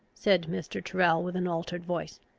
said mr. tyrrel with an altered voice.